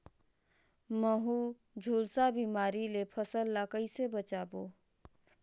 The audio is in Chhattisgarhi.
महू, झुलसा बिमारी ले फसल ल कइसे बचाबो?